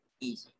easy